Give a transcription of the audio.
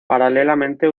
paralelamente